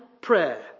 prayer